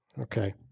okay